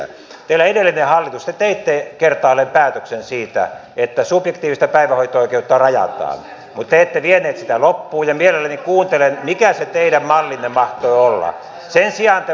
te teitte edellinen hallitus kertaalleen päätöksen siitä että subjektiivista päivähoito oikeutta rajataan mutta te ette vieneet sitä loppuun ja mielelläni kuuntelen mikä se teidän mallinne mahtoi olla